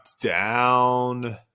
down